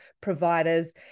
providers